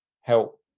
help